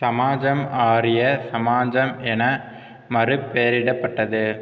சமாஜம் ஆரிய சமாஜம் என மறு பெயரிடப்பட்டது